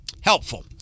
helpful